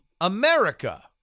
America